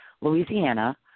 Louisiana